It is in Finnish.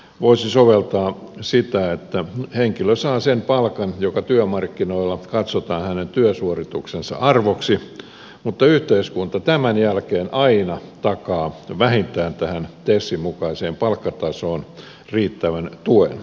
voisi soveltaa sitä että henkilö saa sen palkan joka työmarkkinoilla katsotaan hänen työsuorituksensa arvoksi mutta yhteiskunta tämän jälkeen aina takaa vähintään tähän tesin mukaiseen palkkatasoon riittävän tuen